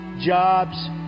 jobs